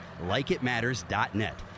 LikeItMatters.net